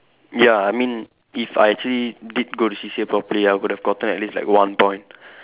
ya I mean if I actually did go to C_C_A properly I would have gotten at least like one point